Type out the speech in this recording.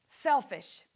Selfish